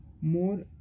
more